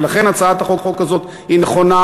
ולכן הצעת החוק הזאת היא נכונה,